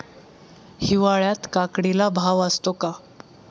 हिवाळ्यात काकडीला भाव असतो का?